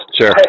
Sure